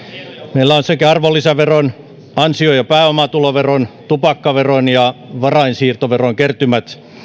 meillä ovat sekä arvonlisäveron ansio ja pääomatuloveron tupakkaveron että varainsiirtoveron kertymät